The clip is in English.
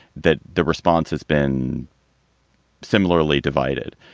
that the response has been similarly divided.